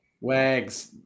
Wags